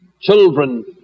children